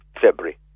February